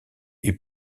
est